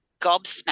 gobsmacked